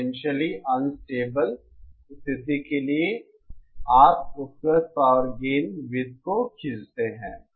potentially unstable स्थिति के लिए आप उपलब्ध पावर गेन वृत्त को खींचते हैं